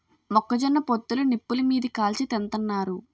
మొక్క జొన్న పొత్తులు నిప్పులు మీది కాల్చి తింతన్నారు